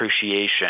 appreciation